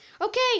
Okay